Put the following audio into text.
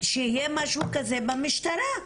שיהיה משהו כזה במשטרה.